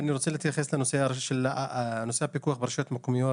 אני רוצה להתייחס לנושא הפיקוח ברשויות המקומיות.